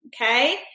okay